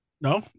No